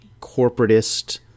corporatist